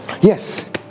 Yes